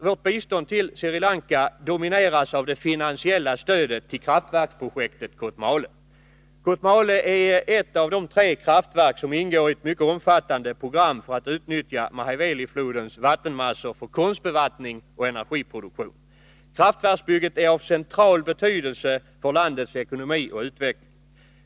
Vårt bistånd till Sri Lanka domineras av det finansiella stödet till kraftverksprojektet i Kotmale. Kotmale är ett av de tre kraftverk som ingår i ett mycket omfattande program för att utnyttja Mahaweliflodens vattenmassor för konstbevattning och energiproduktion. Kraftverksbygget är av central betydelse för landets ekonomi och utveckling.